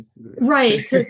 Right